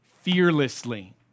fearlessly